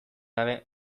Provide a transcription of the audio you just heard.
gabe